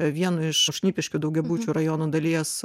vieną iš šnipiškių daugiabučių rajono dalies